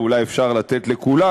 ואולי אפשר לתת לכולם,